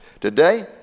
Today